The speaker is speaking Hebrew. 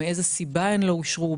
מאיזו סיבה הן לא אורו,